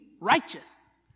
righteous